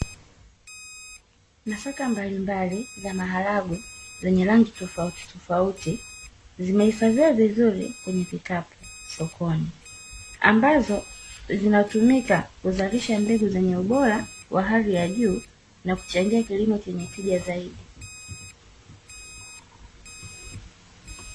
Nafaka mbalimbali za maharage zenye rangi tofauti tofauti zimehifadhiwa vizuri kwenye vikapu sokoni, ambazo zinatumika kuzalisha mbegu zenye ubora wa hali ya juu na kuchangia kilimo chenye tija zaidi.